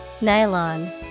Nylon